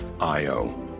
io